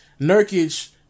Nurkic